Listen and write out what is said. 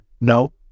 No